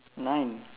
nine